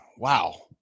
wow